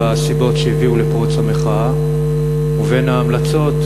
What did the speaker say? הסיבות שהביאו לפרוץ המחאה ובין ההמלצות,